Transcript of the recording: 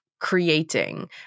creating